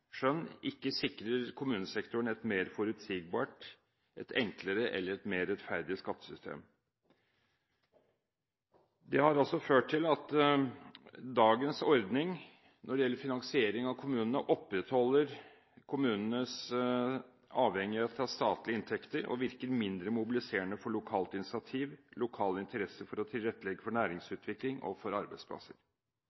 skjønn ikke sikrer kommunesektoren et mer forutsigbart, enklere eller mer rettferdig skattesystem. Det har også ført til at dagens ordning når det gjelder finansiering av kommunene, opprettholder kommunenes avhengighet av statlige inntekter og virker mindre mobiliserende for lokalt initiativ, lokale interesser for å tilrettelegge for